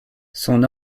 son